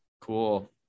cool